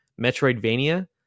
Metroidvania